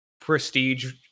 prestige